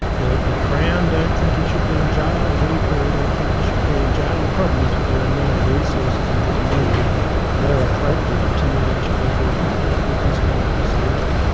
the the crown don't think he should be in jail, we clearly don't think he should be in jail. the problem is that there are no resources in the community that are appropriate to manage people with his kind of disability.